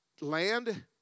land